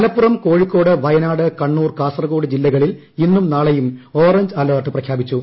മലപ്പുറം കോഴിക്കോട് വയനാട് കണ്ണൂർ കാസർഗോഡ് ജില്ലകളിൽ ഇന്നും നാളെയും ഓറഞ്ച് അലർട്ട് പ്രഖ്യാപിച്ചു